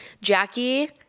Jackie